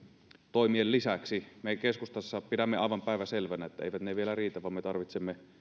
toimen lisäksi me keskustassa pidämme aivan päivänselvänä että eivät ne vielä riitä vaan me tarvitsemme